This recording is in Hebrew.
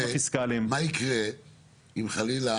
מה יקרה אם חלילה